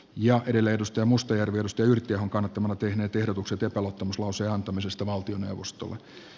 ja edelleen rustamustajärviustyylit ja kanat ovat tehneet ehdotukset epäluottamuslauseen antamisesta valtioneuvostolle